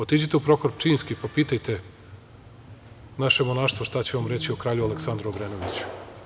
Otiđite u Prohor Pčinjski pa pitajte naše monaštvo šta će vam reći o kralju Aleksandru Obrenoviću.